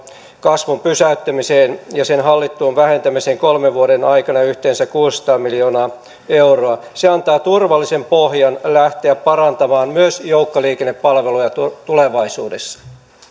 kasvun pysäyttämiseen ja sen hallittuun vähentämiseen kolmen vuoden aikana yhteensä kuusisataa miljoonaa euroa se antaa turvallisen pohjan lähteä parantamaan myös joukkoliikennepalveluja tulevaisuudessa